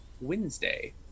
Wednesday